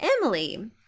Emily